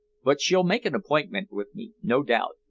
but she'll make an appointment with me, no doubt.